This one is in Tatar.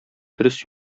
дөрес